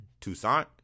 Toussaint